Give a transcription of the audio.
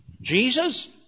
Jesus